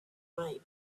might